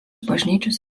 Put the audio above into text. bažnyčios